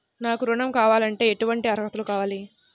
నాకు ఋణం కావాలంటే ఏటువంటి అర్హతలు కావాలి?